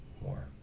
more